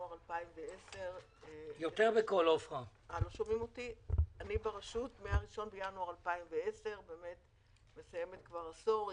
בינואר 2010. מסיימת כבר עשור.